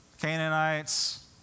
Canaanites